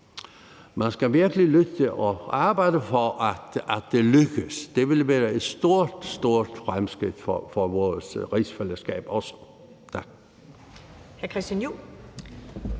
skal lytte til det og arbejde for, at det lykkes. Det vil også være et stort, stort fremskridt for vores rigsfællesskab. Tak.